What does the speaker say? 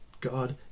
God